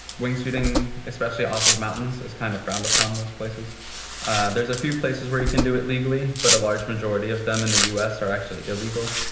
wings suiting especially off of mountains is kind of frowned upon. most places there's a few places where you can do it legally, but a large majority of them in the u s. are actually illegal.